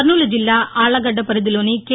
కర్నూల్ జిల్లా ఆక్భగడ్డ పరిధిలోని కె